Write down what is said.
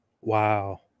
Wow